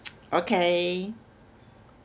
okay